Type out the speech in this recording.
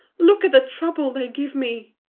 look at the trouble they give me!